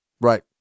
Right